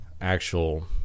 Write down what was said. actual